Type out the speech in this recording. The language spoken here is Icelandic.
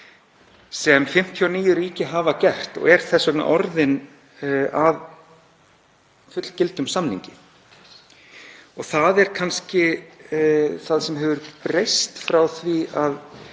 sem 59 ríki hafa gert og er þess vegna orðinn að fullgildum samningi. Það er kannski það sem hefur breyst frá því að